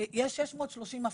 יש 630 מפעילים.